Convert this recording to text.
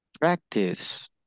practice